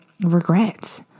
regrets